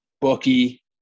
bookie